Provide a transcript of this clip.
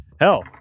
hell